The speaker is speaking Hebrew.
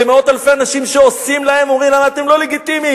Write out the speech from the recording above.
זה מאות אלפי אנשים שעושים להם ואומרים להם: אתם לא לגיטימיים.